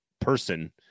person